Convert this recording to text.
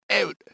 out